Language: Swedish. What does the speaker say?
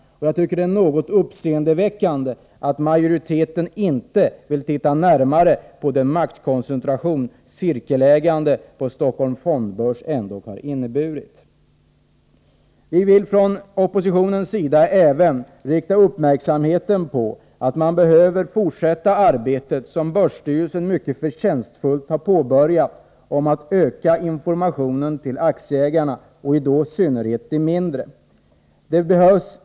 Jag tycker att det är något uppseendeväckande att majoriteten inte vill närmare studera den maktkoncentration som cirkelägande på Stockholms fondbörs ändå innebär. Vi vill från oppositionens sida även rikta uppmärksamheten på att man 76 behöver fortsätta det arbete som börsstyrelsen mycket förtjänstfullt påbörjat med att öka informationen till aktieägarna, då i synnerhet till de mindre.